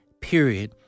period